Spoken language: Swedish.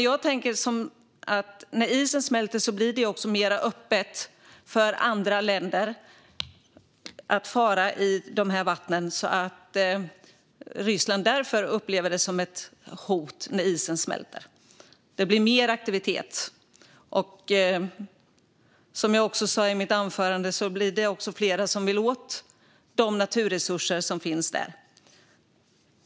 Jag tänker att när isen smälter blir det mer öppet också för andra länder att fara i de vattnen, och därför upplever Ryssland det som ett hot när isen smälter. Det blir mer aktivitet. Som jag också sa i mitt anförande blir det även fler som vill åt de naturresurser som finns där.